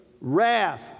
wrath